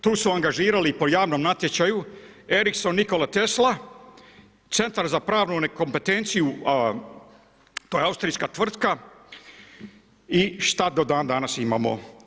Tu su angažirali po javnom natječaju Ericsson Nikola Tesla, Centar za pravnu kompetenciju, to je austrijska tvrtka i šta do dan danas imamo?